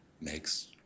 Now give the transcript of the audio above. makes